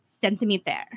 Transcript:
centimeter